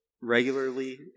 regularly